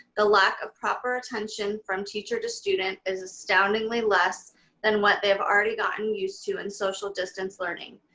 the lack of proper attention from teacher to student is astoundingly less than what they've already gotten used to in social distance learning.